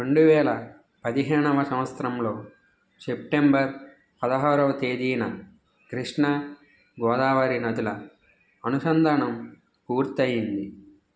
రెండు వేల పదిహేనవ సవత్సరంలో సెప్టెంబర్ పదహారవ తేదీన కృష్ణ గోదావరి నదుల అనుసంధానం పూర్తి అయ్యింది